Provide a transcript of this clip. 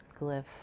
glyph